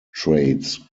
traits